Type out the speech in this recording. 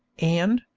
and,